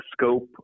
scope